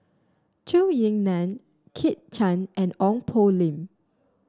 Zhou Ying Nan Kit Chan and Ong Poh Lim